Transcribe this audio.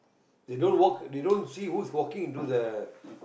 they don't walk they don't see who's walking to the